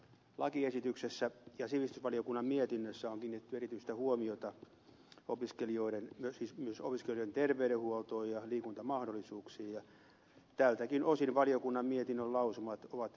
lakiesityksessä ja sivistysvaliokunnan mietinnössä on kiinnitetty erityistä huomiota myös opiskelijoiden terveydenhuoltoon ja liikuntamahdollisuuksiin ja tältäkin osin valiokunnan mietinnön lausumat ovat paikallaan